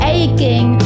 aching